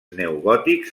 neogòtics